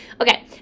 Okay